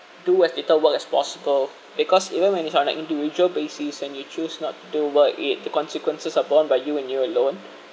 do as little work as possible because even when it's on like individual basis and you choose not to work it the consequences are borne by you and you alone